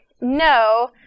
no